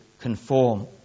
conform